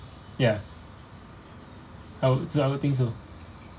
yeah I would I would think so